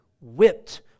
whipped